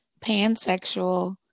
pansexual